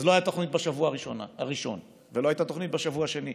אז לא הייתה תוכנית בשבוע הראשון ולא הייתה תוכנית בשבוע השני,